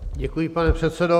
Děkuji, pane předsedo.